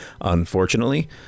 Unfortunately